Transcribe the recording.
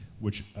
which,